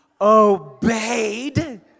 obeyed